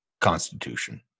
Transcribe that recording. Constitution